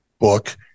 book